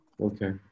Okay